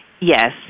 Yes